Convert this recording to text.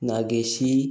Nageshi